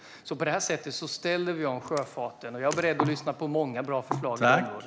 På det sättet ställer vi om sjöfarten. Och jag är beredd att lyssna på många bra förslag inom området.